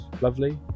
lovely